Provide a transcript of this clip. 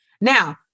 Now